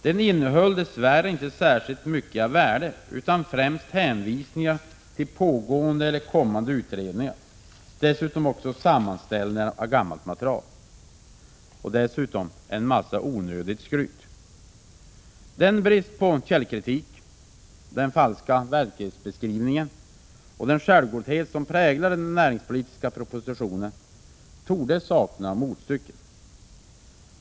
Den innehöll dess värre inte särskilt mycket av värde utan främst hänvisningar till pågående eller kommande utredningar, sammanställningar av gammalt material och dessutom en massa onödigt skryt. Den brist på källkritik, den falska verklighetsbeskrivning och den självgodhet som präglar den näringspolitiska propositionen torde sakna motstycke.